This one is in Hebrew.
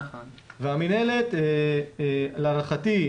והמינהלת להערכתי,